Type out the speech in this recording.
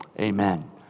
amen